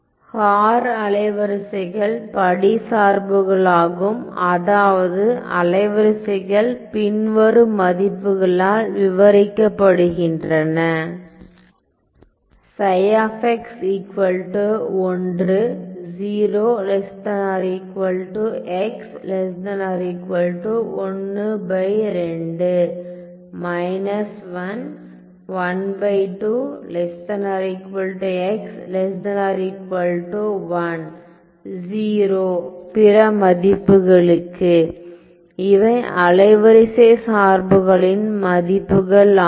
hour அலைவரிசைகள் படி சார்புகளாகும் அதாவது அலைவரிசைகள் பின்வரும் மதிப்புகளால் விவரிக்கப்படுகின்றன இவை அலைவரிசை சார்புகளின் மதிப்புகள் ஆகும்